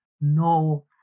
no